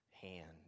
hand